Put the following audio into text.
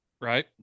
Right